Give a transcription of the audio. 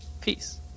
peace